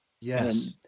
Yes